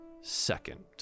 second